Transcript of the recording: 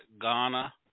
Ghana